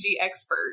expert